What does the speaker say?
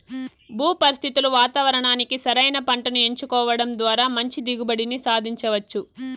భూ పరిస్థితులు వాతావరణానికి సరైన పంటను ఎంచుకోవడం ద్వారా మంచి దిగుబడిని సాధించవచ్చు